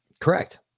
Correct